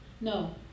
no